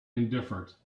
indifferent